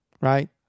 right